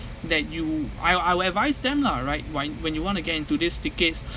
that you I'll I will advise them lah right when when you want to get into this ticket